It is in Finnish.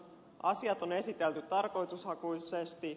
asiat on esitelty tarkoitushakuisesti